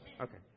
Okay